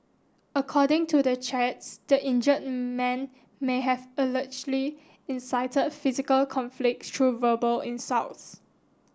according to the chats the injured man may have allegedly incited physical conflict through verbal insults